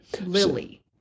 Lily